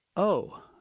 oh!